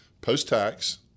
post-tax